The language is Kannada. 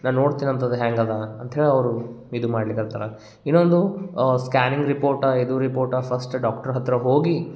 ನಾನು ನೋಡ್ತೀನಿ ಅಂತದು ಹೇಗದ ಅಂತ್ಹೇಳಿ ಅವರು ಇದು ಮಾಡ್ಲಿಕ್ಕೆ ಹೇಳ್ತಾರೆ ಇನ್ನೊಂದು ಸ್ಕ್ಯಾನಿಂಗ್ ರಿಪೋರ್ಟ ಇದು ರಿಪೋರ್ಟ ಫಸ್ಟ್ ಡಾಕ್ಟ್ರು ಹತ್ತಿರ ಹೋಗಿ